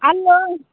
ಅಲ್ಲೋ